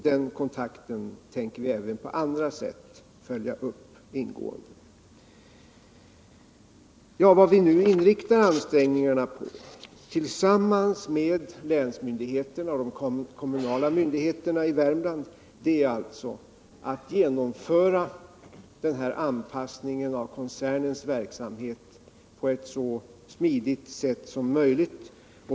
Den kontakten tänker vi även på andra sätt följa upp ingående. Vad vi nu inriktar ansträngningarna på tillsammans med länsmyndigheterna och de kommunala myndigheterna i Värmland är alltså att genomföra den här anpassningen av koncernens verksamhet på ett så smidigt sätt som möjligt.